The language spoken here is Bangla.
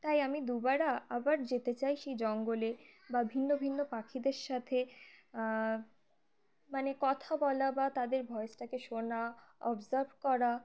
তাই আমি দুবার আবার যেতে চাই সেই জঙ্গলে বা ভিন্ন ভিন্ন পাখিদের সাথে মানে কথা বলা বা তাদের ভয়েসটাকে শোনা অবজার্ভ করা